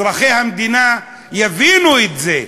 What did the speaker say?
אזרחי המדינה יבינו את זה,